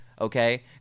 Okay